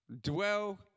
dwell